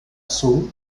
sue